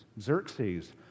Xerxes